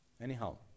Anyhow